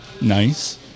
Nice